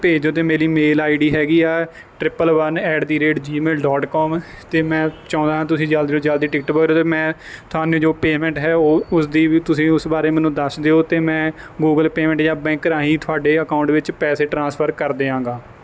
ਭੇਜ ਦਿਓ ਅਤੇ ਮੇਰੀ ਮੇਲ ਆਈ ਡੀ ਹੈਗੀ ਆ triple one at the rate Gmail dot com ਅਤੇ ਮੈਂ ਚਾਹੁੰਦਾ ਹਾਂ ਤੁਸੀਂ ਜਲਦੀ ਤੋਂ ਜਲਦੀ ਟਿਕਟ ਭਰੋ ਅਤੇ ਮੈਂ ਤੁਹਾਨੂੰ ਜੋ ਪੇਮੈਂਟ ਹੈ ਉਹ ਉਸਦੀ ਵੀ ਤੁਸੀਂ ਉਸ ਬਾਰੇ ਮੈਨੂੰ ਦੱਸ ਦਿਓ ਅਤੇ ਮੈਂ ਗੁਗਲ ਪੇਮੈਂਟ ਜਾਂ ਬੈਂਕ ਰਾਹੀਂ ਤੁਹਾਡੇ ਅਕਾਊਟ ਵਿੱਚ ਪੈਸੇ ਟ੍ਰਾਂਸਫਰ ਕਰ ਦਿਆਂਗਾ